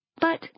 But